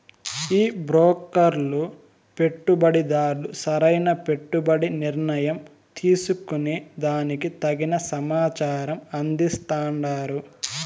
ఈ బ్రోకర్లు పెట్టుబడిదార్లు సరైన పెట్టుబడి నిర్ణయం తీసుకునే దానికి తగిన సమాచారం అందిస్తాండారు